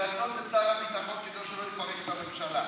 לרצות את שר הביטחון כדי שלא יפרק את הממשלה,